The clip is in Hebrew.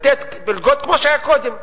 לתת מלגות כמו שהיה קודם.